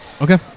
Okay